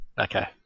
Okay